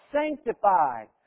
sanctified